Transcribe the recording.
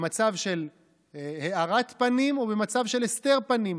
במצב של הארת פנים או במצב של הסתר פנים.